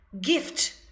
gift